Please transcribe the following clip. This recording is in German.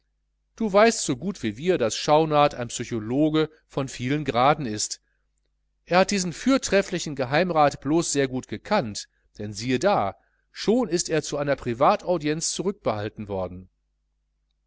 du weißt so gut wie wir daß schaunard ein psychologe von vielen graden ist er hat diesen fürtrefflichen geheimrat blos sehr gut erkannt denn siehe da schon ist er zu einer privataudienz zurückbehalten worden